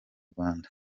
rwanda